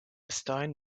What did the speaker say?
stone